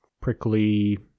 prickly